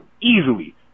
easily